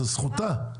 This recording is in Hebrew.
זאת זכותה.